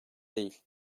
değil